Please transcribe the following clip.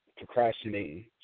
procrastinating